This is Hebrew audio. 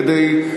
כדי,